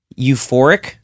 euphoric